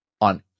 on